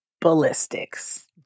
ballistics